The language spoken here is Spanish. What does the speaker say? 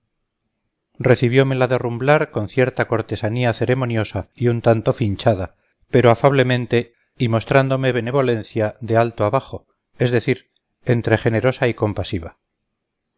la de rumblar con cierta cortesanía ceremoniosa y un tanto finchada pero afablemente y mostrándome benevolencia de alto a bajo es decir entre generosa y compasiva